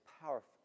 powerful